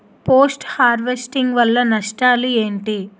Post harvesting వల్ల నష్టాలు ఏంటి?